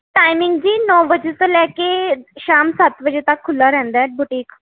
timing ਜੀ ਨੌ ਵਜੇ ਤੋਂ ਲੈ ਕੇ ਸ਼ਾਮ ਸੱਤ ਵਜੇ ਤੱਕ ਖੁੱਲ੍ਹਾ ਰਹਿੰਦਾ ਹੈ ਬੁਟੀਕ